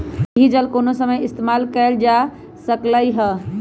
सतही जल कोनो समय इस्तेमाल कएल जा सकलई हई